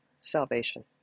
salvation